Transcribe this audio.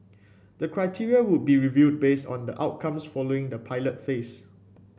the criteria would be reviewed based on the outcomes following the pilot phase